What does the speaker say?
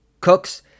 Cooks